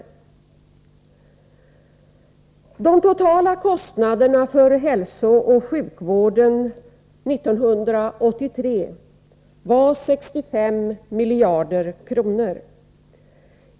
De totala kostnaderna för hälsooch sjukvården 1983 var 65 miljarder kronor.